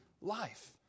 life